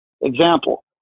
Example